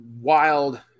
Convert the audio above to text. wild